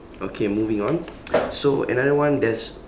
okay moving on so another one there's